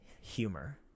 humor